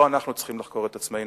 לא אנחנו צריכים לחקור את עצמנו.